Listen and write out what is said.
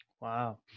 Wow